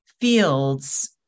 fields